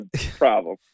problem